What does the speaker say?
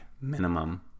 minimum